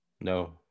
No